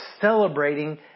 celebrating